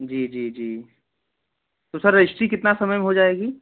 जी जी जी तो सर रजिस्ट्री कितना समय में हो जाएगी